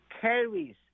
carries